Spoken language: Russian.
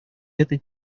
этой